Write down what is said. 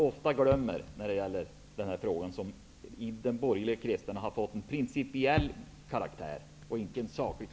Det glömmer man ofta bort i denna fråga, som i den borgerliga kretsen har fått en principiell karaktär, inte saklig.